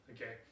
Okay